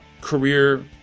career